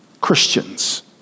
Christians